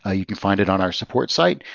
ah you can find it on our support site.